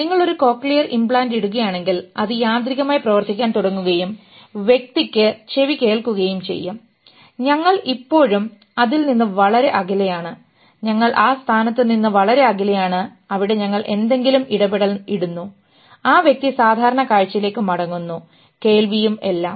നിങ്ങൾ ഒരു cochlear implant ഇടുകയാണെങ്കിൽ അത് യാന്ത്രികമായി പ്രവർത്തിക്കാൻ തുടങ്ങുകയും വ്യക്തിക്ക് ചെവി കേൾക്കുകയും ചെയ്യും ഞങ്ങൾ ഇപ്പോഴും അതിൽ നിന്ന് വളരെ അകലെയാണ് ഞങ്ങൾ ആ സ്ഥാനത്ത് നിന്ന് വളരെ അകലെയാണ് അവിടെ ഞങ്ങൾ എന്തെങ്കിലും ഇടപെടൽ ഇടുന്നു ആ വ്യക്തി സാധാരണ കാഴ്ചയിലേക്ക് മടങ്ങുന്നു കേൾവിയും എല്ലാം